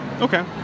Okay